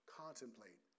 contemplate